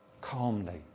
calmly